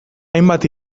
hainbat